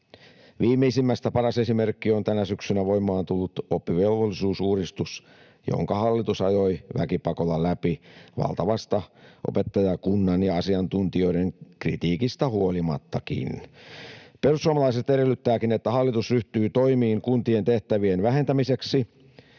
Viimeisestä paras esimerkki on tänä syksynä voimaan tullut oppivelvollisuusuudistus, jonka hallitus ajoi väkipakolla läpi valtavasta opettajakunnan ja asiantuntijoiden kritiikistä huolimattakin. Perussuomalaiset edellyttävätkin, että hallitus ryhtyy toimiin kuntien tehtävien vähentämiseksi